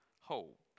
hope